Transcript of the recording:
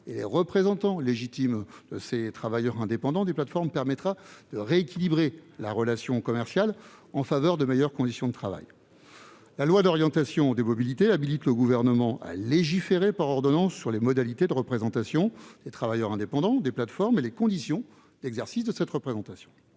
et les représentants légitimes des travailleurs indépendants permettra de rééquilibrer la relation commerciale en faveur de meilleures conditions de travail. La loi d'orientation des mobilités habilite le Gouvernement à légiférer par ordonnance sur les modalités de représentation des travailleurs indépendants des plateformes et les conditions d'exercice de cette représentation.